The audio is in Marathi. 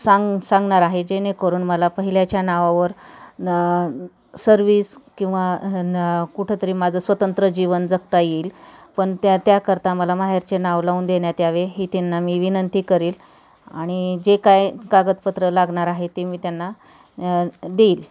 सांग सांगणार आहे जेणेकरून मला पहिल्याच्या नावावर न सर्विस किंवा न कुठंतरी माझं स्वतंत्र जीवन जगता येईल पन त्या त्याकरता मला माहेरचे नाव लावून देण्यात यावे ही त्यांना मी विनंती करील आणि जे काय कागदपत्रं लागणार आहेत ते मी त्यांना देईल